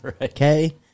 Okay